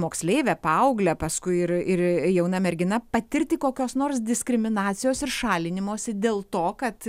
moksleive paaugle paskui ir ir jauna mergina patirti kokios nors diskriminacijos ir šalinimosi dėl to kad